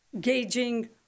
gauging